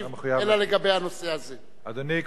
אדוני.